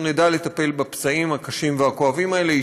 נדע לטפל בפצעים הקשים והכואבים האלה.